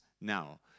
now